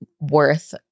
worth